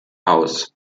aus